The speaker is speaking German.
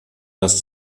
das